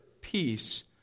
peace